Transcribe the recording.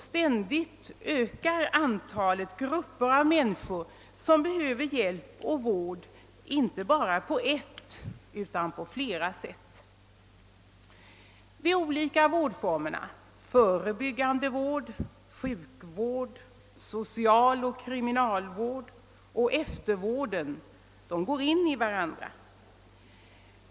Ständigt ökas antalet grupper av människor som behöver hjälp och vård, inte bara på ett utan på flera sätt. De olika vårdformerna — förebyggande vård, sjukvård, socialvård, kriminalvård och eftervård — går in i varandra.